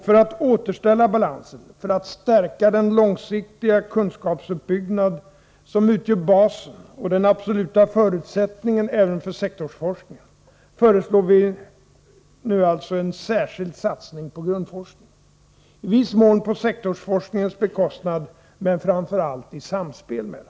För att återställa balansen — för att stärka den långsiktiga kunskapsuppbyggnad som utgör basen och den absoluta förutsättningen även för sektorsforskningen — föreslår vi nu alltså en särskild satsning på grundforskningen. I viss mån på sektorsforskningens bekostnad, men framför allt i samspel med den.